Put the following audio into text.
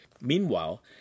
Meanwhile